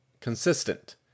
consistent